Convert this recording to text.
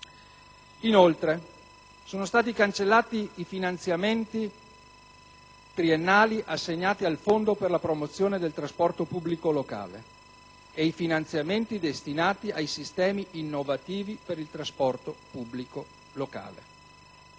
Inoltre, sono stati cancellati i finanziamenti triennali assegnati al Fondo per la promozione del trasporto pubblico locale e i finanziamenti destinati ai sistemi innovativi per il trasporto pubblico locale.